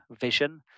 vision